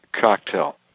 cocktail